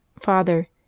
father